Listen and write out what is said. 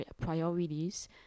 priorities